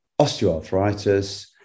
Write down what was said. osteoarthritis